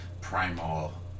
Primal